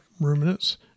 ruminants